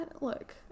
look